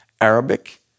Arabic